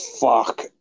fuck